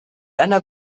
einer